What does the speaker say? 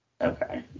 Okay